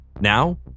now